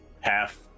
half